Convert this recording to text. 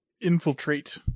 Infiltrate